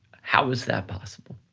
how is that possible?